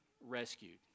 rescued